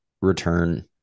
return